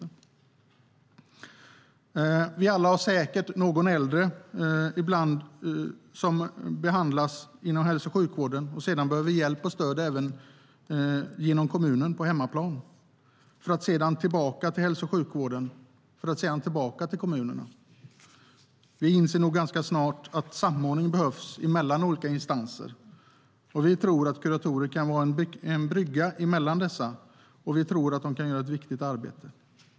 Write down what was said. Legitimation för kuratorer inom hälso och sjukvården Vi har alla säkert någon äldre som behandlas inom hälso och sjukvården och sedan behöver hjälp och stöd även genom kommunen på hemmaplan, för att sedan komma tillbaka till hälso och sjukvården och sedan tillbaka till kommunen. Vi inser nog ganska snart att samordning behövs mellan olika instanser. Vi tror att kuratorer kan vara en brygga mellan dessa och att de kan göra ett viktigt arbete.